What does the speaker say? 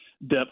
depth